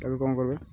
ଏଣୁ କ'ଣ କରିବ